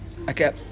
Okay